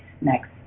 next